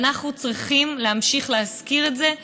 ואנחנו צריכים להמשיך להזכיר את זה,